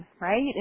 right